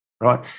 right